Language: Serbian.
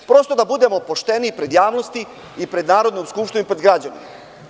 Prosto da budemo pošteni pred javnosti i pred Narodnom skupštinom i pred građanima.